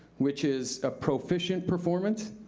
which is a proficient performance.